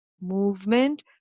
movement